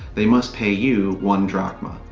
they must pay you one drachma.